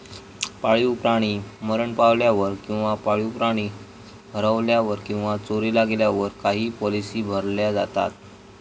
पाळीव प्राणी मरण पावल्यावर किंवा पाळीव प्राणी हरवल्यावर किंवा चोरीला गेल्यावर काही पॉलिसी भरल्या जातत